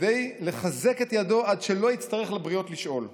כדי לחזק את ידו עד שלא יצטרך לבריות לשאול.